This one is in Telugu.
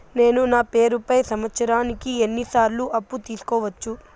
నేను నా పేరుపై సంవత్సరానికి ఎన్ని సార్లు అప్పు తీసుకోవచ్చు?